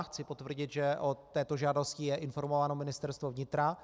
Chci potvrdit, že o této žádosti je informováno Ministerstvo vnitra.